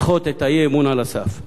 לדחות את האי-אמון על הסף.